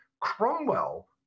Cromwell